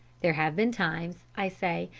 there have been times, i say,